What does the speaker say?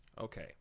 Okay